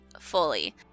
fully